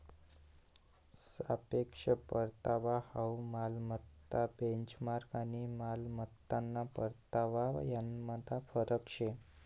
सापेक्ष परतावा हाउ मालमत्ता बेंचमार्क आणि मालमत्ताना परतावा यानमा फरक शे